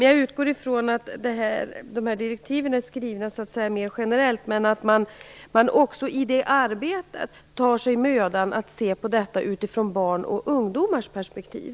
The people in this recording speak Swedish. Jag utgår ifrån att direktiven är mer generellt skrivna, men i detta arbete måste man också ta sig mödan att se detta i barns och ungdomars perspektiv.